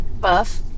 Buff